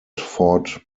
fort